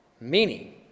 Meaning